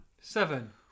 Seven